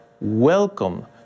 welcome